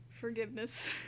forgiveness